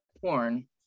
porn